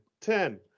ten